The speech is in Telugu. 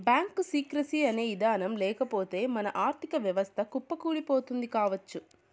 బ్యాంకు సీక్రెసీ అనే ఇదానం లేకపోతె మన ఆర్ధిక వ్యవస్థ కుప్పకూలిపోతుంది కావచ్చు